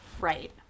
Right